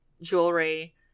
jewelry